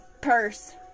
purse